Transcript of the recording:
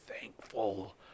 thankful